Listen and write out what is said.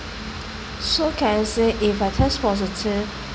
so can I say if I test positive